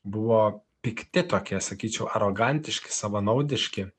buvo pikti tokie sakyčiau arogantiški savanaudiški